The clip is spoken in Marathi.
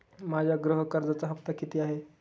माझ्या गृह कर्जाचा हफ्ता किती आहे?